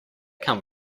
come